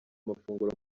mafunguro